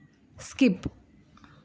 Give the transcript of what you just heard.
skip